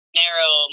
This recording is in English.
narrow